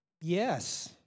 Yes